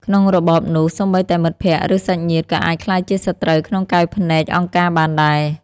ក្នុងរបបនោះ សូម្បីតែមិត្តភក្តិ ឬសាច់ញាតិ ក៏អាចក្លាយជាសត្រូវក្នុងកែវភ្នែកអង្គការបានដែរ។